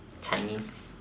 chinese